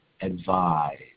advise